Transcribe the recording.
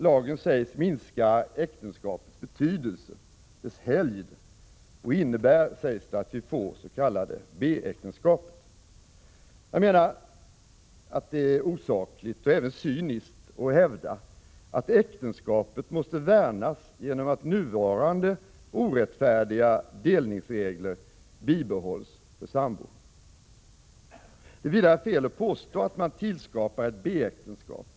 Lagen sägs minska äktenskapets betydelse, dess helgd, och innebär att vi får s.k. B-äktenskap. Det är osakligt, och även cyniskt, att hävda att äktenskapet måste värnas genom att nuvarande orättfärdiga delningsregler bibehålls för sambor. Det är vidare fel att påstå att man tillskapar ett B-äktenskap.